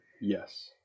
Yes